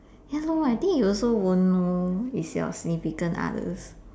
ya I think you also won't know it's your significant other